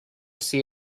see